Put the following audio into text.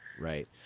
Right